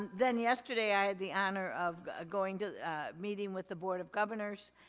and then yesterday, i had the honor of going to the meeting with the board of governors,